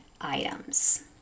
items